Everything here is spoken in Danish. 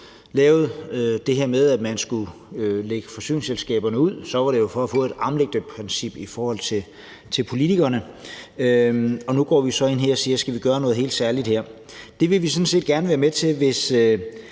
lavede det her med, at man skulle lægge forsyningsselskaberne ud, var det for at få et armslængdeprincip i forhold til politikerne. Nu går vi så ind her og siger: Skal vi gøre noget helt særligt her? Det vil vi sådan set gerne være med til, hvis